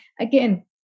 again